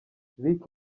lick